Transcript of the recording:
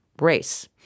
race